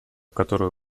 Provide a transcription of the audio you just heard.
которую